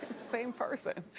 same person!